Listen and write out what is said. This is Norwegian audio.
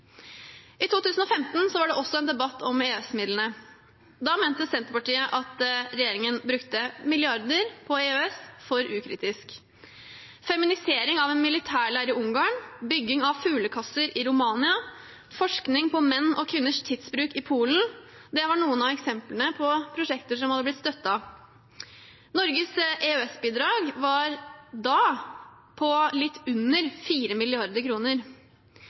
I 2015 var det også en debatt om EØS-midlene. Da mente Senterpartiet at regjeringen brukte milliarder på EØS for ukritisk. Feminisering av en militærleir i Ungarn, bygging av fuglekasser i Romania og forskning på menns og kvinners tidsbruk i Polen var noen av eksemplene på prosjekter som hadde blitt støttet. Norges EØS-bidrag var da på litt under